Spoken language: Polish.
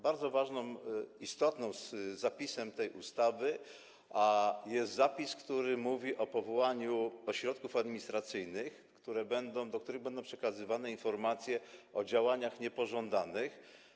Bardzo ważnym, istotnym zapisem tej ustawy jest zapis, który mówi o powołaniu ośrodków administracyjnych, do których będą przekazywane informacje o działaniach niepożądanych.